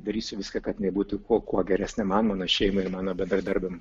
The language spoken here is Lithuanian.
darysiu viską kad jinai būti kuo kuo geresnė man mano šeimai ir mano bendradarbiam